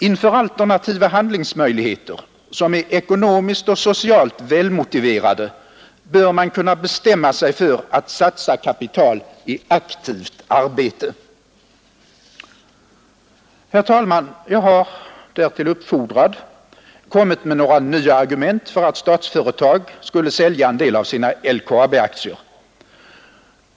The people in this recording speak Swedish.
Inför alternativa handlingsmöjligheter, som är ekonomiskt och socialt välmotiverade, bör man kunna bestämma sig för att sätta kapitalet i aktivt arbete. Herr talman! Jag har, därtill uppfordrad, kommit med några nya argument för att Statsföretag skulle sälja en del av sina LKA B-aktier.